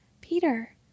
Peter